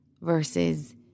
versus